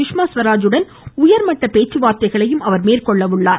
சுஷ்மா ஸ்வராஜுடன் உயர்மட்ட பேச்சுவார்த்தைகளையும் அமைச்சா் அவர் மேற்கொள்கிறார்